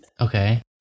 okay